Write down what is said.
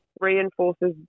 reinforces